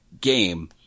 game